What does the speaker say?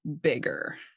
bigger